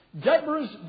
Deborah's